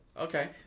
Okay